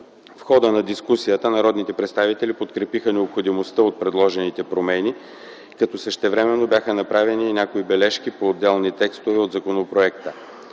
В хода на дискусията народните представители подкрепиха необходимостта от предложените промени, като същевременно бяха направени и някои бележки по отделни текстове от законопроекта.